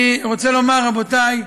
אני רוצה לומר, רבותי,